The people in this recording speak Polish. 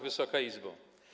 Wysoka Izbo!